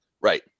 Right